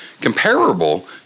comparable